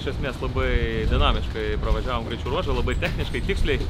iš esmės labai dinamiškai pravažiavom greičio ruožą labai tiksliai